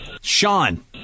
Sean